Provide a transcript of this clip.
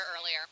earlier